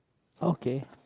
okay